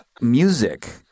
music